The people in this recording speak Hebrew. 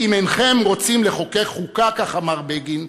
"אם אינכם רוצים לחוקק חוקה" כך אמר בגין,